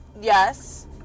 Yes